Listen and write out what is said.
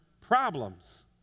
problems